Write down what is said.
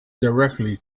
directly